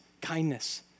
kindness